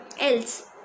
else